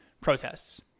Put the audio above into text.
protests